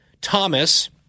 Thomas